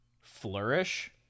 flourish